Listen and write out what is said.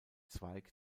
zweig